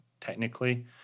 technically